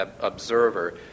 observer